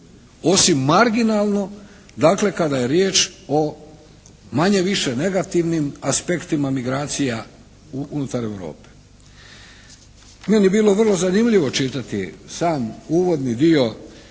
Osim marginalno. Dakle kada je riječ o manje-više negativnim aspektima migracija unutar Europe. Meni je bilo vrlo zanimljivo čitati sam uvodni dio